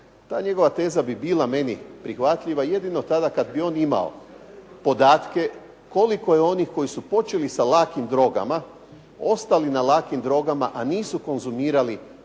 Ta njegova teza bi bila meni prihvatljiva, jedino tada kad bi on imao podatke koliko je onih koji su počeli sa lakim drogama, ostali na lakim drogama, a nisu konzumirali